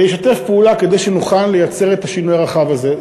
ישתפו פעולה כדי שנוכל לייצר את השינוי הרחב הזה.